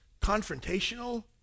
confrontational